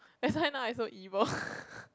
that's why now I so evil